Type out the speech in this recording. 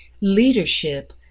Leadership